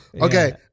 Okay